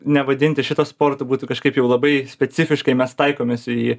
nevadinti šito sportu būtų kažkaip jau labai specifiškai mes taikomės į